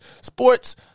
sports